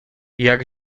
jak